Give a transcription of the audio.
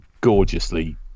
gorgeously